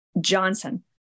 Johnson